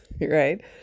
right